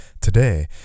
today